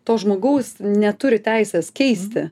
to žmogaus neturi teisės keisti